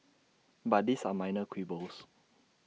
but these are minor quibbles